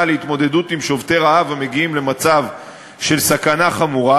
להתמודדות עם שובתי רעב המגיעים למצב של סכנה חמורה.